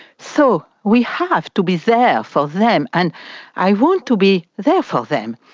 so we have to be there for them, and i want to be there for them.